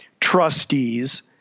trustees